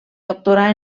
doctorar